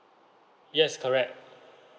yes correct